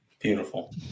Beautiful